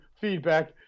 feedback